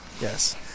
Yes